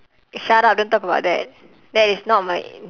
shut up don't talk about that that is not my